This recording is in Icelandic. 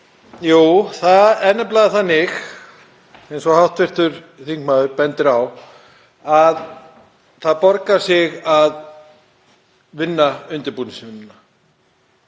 Jú, það er nefnilega þannig, eins og hv. þingmaður bendir á, að það borgar sig að vinna undirbúningsvinnuna.